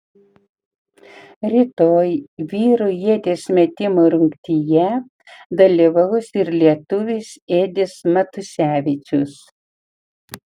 rytoj vyrų ieties metimo rungtyje dalyvaus ir lietuvis edis matusevičius